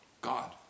God